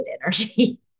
energy